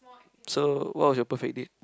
so what was your perfect date